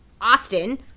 Austin